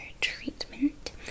treatment